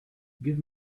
give